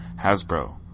Hasbro